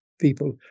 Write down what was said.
people